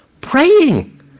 Praying